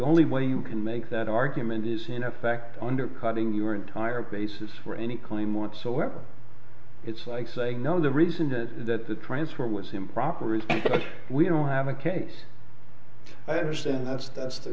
only way you can make that argument is in effect undercutting your entire basis for any claim whatsoever it's like saying no the reason that that the transfer was improper is we don't have a case i understand that's that's the